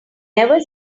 never